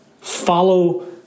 follow